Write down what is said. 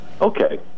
Okay